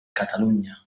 cataluña